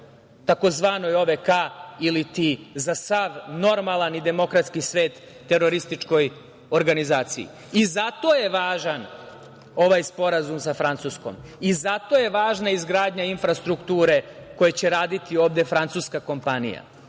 tzv. OVK ili ti za sav normalan i demokratski svet terorističkoj organizaciji. Zato je važan ovaj Sporazum sa Francuskom, i zato je važan izgradnja infrastrukture koje će raditi ovde francuska kompanija,